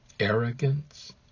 arrogance